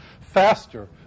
faster